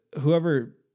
Whoever